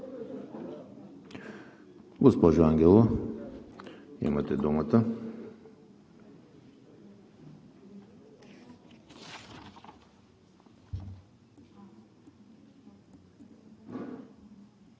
Господин Ангелов, имате думата.